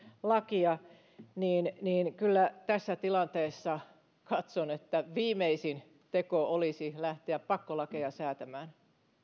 lakia kyllä tässä tilanteessa katson että viimeisin teko olisi lähteä pakkolakeja säätämään